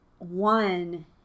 One